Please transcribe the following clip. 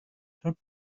took